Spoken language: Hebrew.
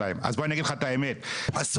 אף אחד לא רצה.